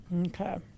Okay